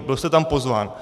Byl jste tam pozván.